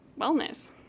wellness